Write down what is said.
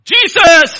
Jesus